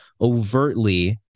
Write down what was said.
overtly